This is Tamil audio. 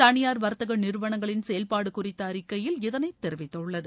தனியார் வர்த்தக நிறுவனங்களின் செயல்பாடு குறித்த அறிக்கையில் இதனை தெரிவித்துள்ளது